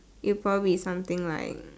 it probably be something like